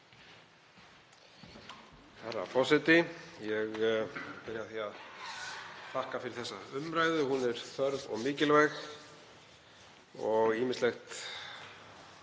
Herra forseti. Ég vil byrja á því að þakka fyrir þessa umræðu, hún er þörf og mikilvæg og ýmislegt